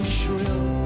shrill